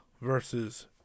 versus